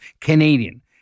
Canadian